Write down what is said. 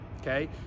okay